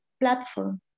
platform